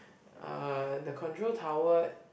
uh the control tower